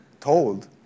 told